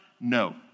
No